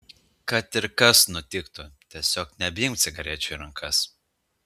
kad ir kas nutiktų tiesiog nebeimk cigarečių į rankas